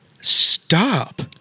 Stop